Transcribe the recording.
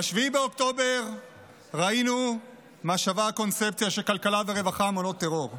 ב-7 באוקטובר ראינו מה שווה הקונצפציה שכלכלה ורווחה מונעות טרור.